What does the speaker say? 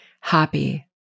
happy